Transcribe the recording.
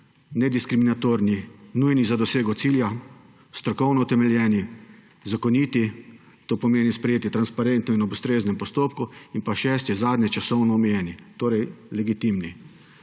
nediskriminatorni, nujni za dosego cilja, strokovno utemeljeni, zakoniti, to pomeni sprejeti transparentno in ob ustreznem postopku, in pa šestič, zadnjič, časovno omejeni, torej legitimni.